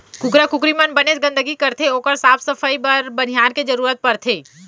कुकरा कुकरी मन बनेच गंदगी करथे ओकर साफ सफई बर बनिहार के जरूरत परथे